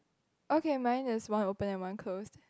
okay mine is one open and one close